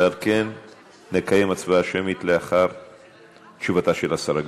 ועל כן נקיים הצבעה שמית לאחר תשובתה של השרה.